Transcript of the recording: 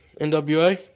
NWA